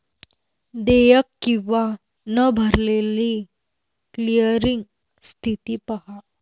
देयक किंवा न भरलेली क्लिअरिंग स्थिती पहा